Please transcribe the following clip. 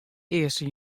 earste